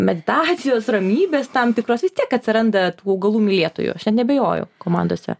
meditacijos ramybės tam tikros vis tiek atsiranda tų augalų mylėtojų aš net neabejoju komandose